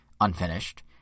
unfinished